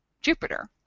Jupiter